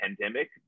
pandemic